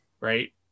Right